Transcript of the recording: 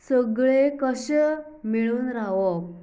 सगळे कशे मेळून रावप